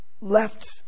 left